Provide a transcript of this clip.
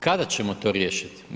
Kada ćemo to riješiti?